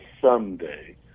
someday